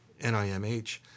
NIMH